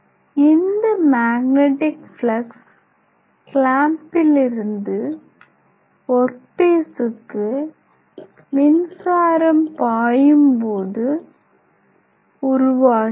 இந்த magnetic flux க்லேம்பிலிருந்து work பீஸுக்கு மின்சாரம் பாயும்போது உருவாகிறது